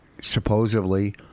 supposedly